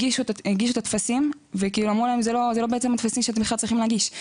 הגישו את הטפסים ואמרו להם זה לא הטפסים שאתם בכלל צריכים להגיש.